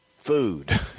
food